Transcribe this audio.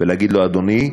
להגיד לו: אדוני,